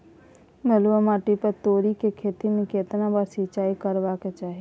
बलुआ माटी पर तोरी के खेती में केतना बार सिंचाई करबा के चाही?